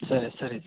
ಸರಿ ಸರಿ ಇದೆ